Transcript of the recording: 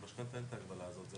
במשכנתא אין את ההגבלה הזאת.